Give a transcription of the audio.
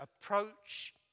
approach